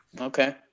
Okay